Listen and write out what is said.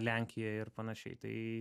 lenkijoj ir panašiai tai